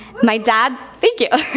my dad's, thank you.